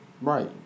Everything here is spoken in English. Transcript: Right